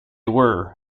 were